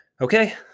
okay